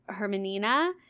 Hermanina –